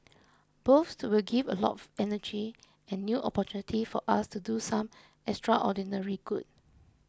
both will give a lot of energy and new opportunity for us to do some extraordinary good